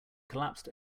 collapsed